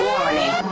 Warning